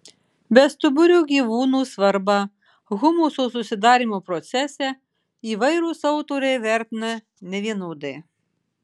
bestuburių gyvūnų svarbą humuso susidarymo procese įvairūs autoriai vertina nevienodai